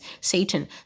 Satan